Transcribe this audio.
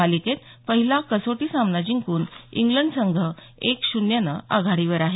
मालिकेत पहिला कसोटी सामना जिंकून इंग्लंड संघ एक शून्यने आघाडीवर आहे